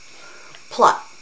Plot